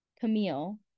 Camille